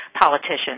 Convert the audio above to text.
politicians